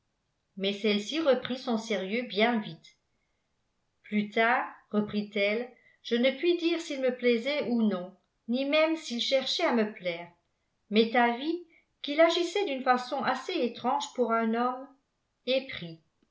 mais celle-ci reprit son sérieux bien vite plus tard reprit-elle je ne puis dire s'il me plaisait ou non ni même s'il cherchait à me plaire m'est avis qu'il agissait d'une façon assez étrange pour un homme épris